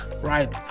right